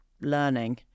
learning